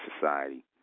society